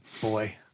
Boy